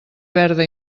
verda